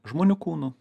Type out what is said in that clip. žmonių kūnų